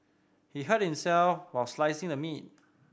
he hurt himself while slicing the meat